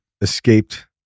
escaped